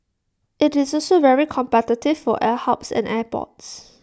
IT is also very competitive for air hubs and airports